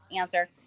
answer